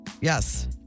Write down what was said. Yes